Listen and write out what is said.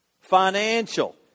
financial